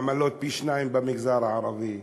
עמלות גבוהות פי-שניים במגזר הערבי,